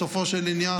בסופו של עניין,